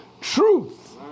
truth